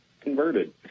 converted